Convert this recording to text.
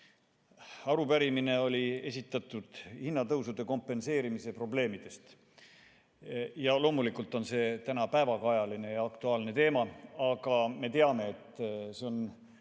Arupärimine oli hinnatõusude kompenseerimise probleemide kohta. Loomulikult on see päevakajaline ja aktuaalne teema, aga me teame, et see on